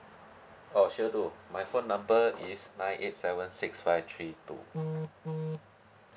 oh sure do my phone number is nine eight seven six five three two